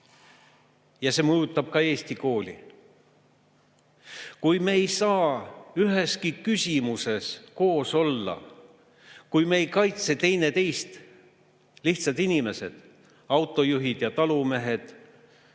ja see mõjutab ka eesti kooli. Kui me ei saa üheski küsimuses koos olla, kui me ei kaitse teineteist – lihtsad inimesed, autojuhid ja talumehed,